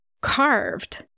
carved